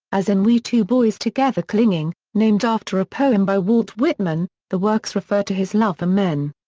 as in we two boys together clinging, named after a poem by walt whitman, the works refer to his love for men.